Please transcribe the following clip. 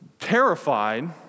terrified